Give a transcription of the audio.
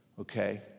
Okay